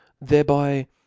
thereby